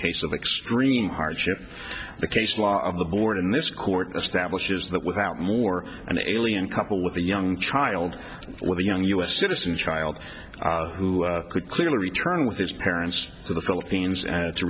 case of extreme hardship the case law of the board in this court establishes that without more an alien couple with a young child or the young us citizen child who could clearly return with his parents to the philippines and